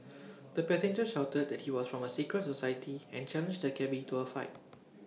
the passenger shouted that he was from A secret society and challenged the cabby to A fight